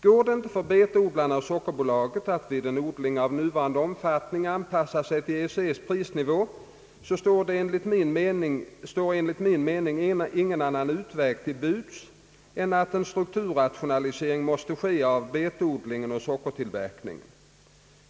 Går det inte för betodlarna och sockerbolaget att vid en odling av nuvarande omfattning anpassa sig till EEC:s prisnivå står enligt min mening ingen annan utväg till buds än att en strukturrationalisering måste ske av betodlingen och sockertillverkningen.